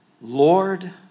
Lord